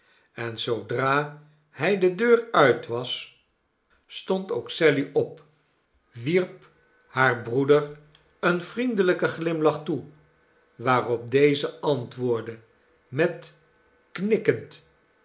en zoodra hij de dour uit was stond ook sally op wierp haar broeder een vriendelijken glimlach toe waarop deze antwoordde met